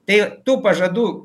tai tų pažadų